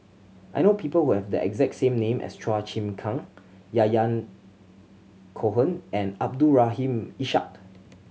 I know people who have the exact same name as Chua Chim Kang Yahya Cohen and Abdul Rahim Ishak